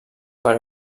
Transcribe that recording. per